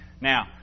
Now